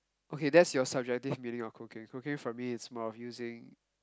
okay that's your subjective meaning of cooking cooking for me is more of using